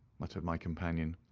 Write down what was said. muttered my companion.